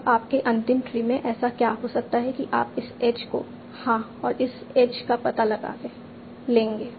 अब आपके अंतिम ट्री में ऐसा क्या हो सकता है कि आप इस एज को हां और इस एज का पता लगा लेंगे